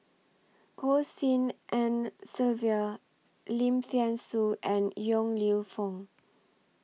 Goh Tshin En Sylvia Lim Thean Soo and Yong Lew Foong